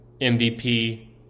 MVP